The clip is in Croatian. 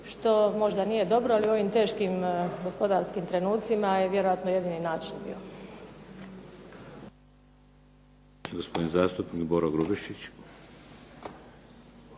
što možda nije dobro, jer u ovim teškim gospodarskim trenucima je vjerojatno jedini način bio.